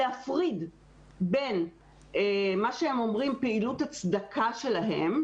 לחשוב שאפשר להפריד בין מה שהם קוראים לה פעילות הצדקה שלהם,